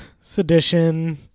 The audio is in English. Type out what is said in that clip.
Sedition